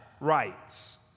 rights